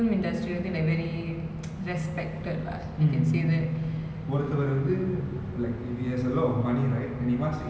in india the first thing you always thinks of is to produce a movie to be the one who pays for the movie and that's where he think he can get his money back in the box office